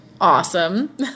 awesome